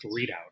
Readout